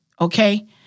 okay